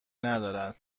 ندارد